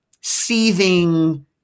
seething